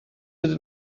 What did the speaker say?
ydyn